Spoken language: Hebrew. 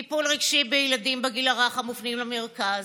טיפול רגשי בילדים בגיל הרך המופנים למרכז,